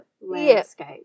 landscape